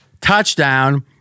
Touchdown